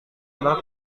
adalah